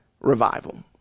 revival